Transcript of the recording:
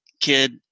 kid